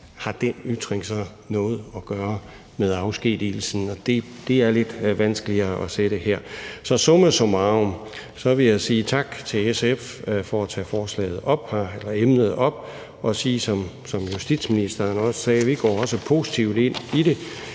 Har den ytring så noget at gøre med afskedigelsen? Det er lidt vanskeligere at fastsætte her. Så summa summarum vil jeg sige tak til SF for at tage forslaget og emnet op her og sige, som justitsministeren også sagde, at vi også går positivt ind i det.